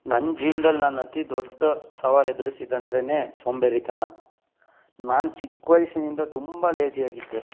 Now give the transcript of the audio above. ನನ್ನ ಜೀವ್ನ್ದಲ್ಲಿ ನಾನು ಅತೀ ದೊಡ್ಡ ಸವಾಲು ಎದ್ರುಸಿದ್ದು ಅಂದ್ರೇ ಸೋಂಬೇರಿತನ ನಾನು ಚಿಕ್ಕ ವಯಸ್ಸಿನಿಂದ ತುಂಬ ಲೇಜಿ ಆಗಿದ್ದೆ